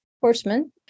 horseman